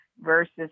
versus